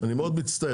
אני מאוד מצטער.